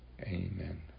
Amen